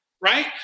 right